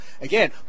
Again